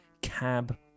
cab